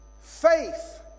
Faith